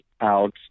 out